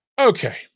Okay